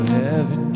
heaven